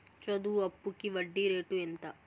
చదువు అప్పుకి వడ్డీ రేటు ఎంత?